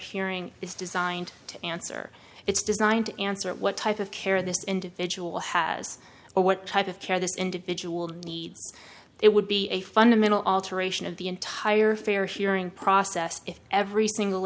hearing is designed to answer it's designed to answer what type of care this individual has or what type of care this individual needs it would be a fundamental alteration of the entire fair hearing process if every single